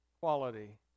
quality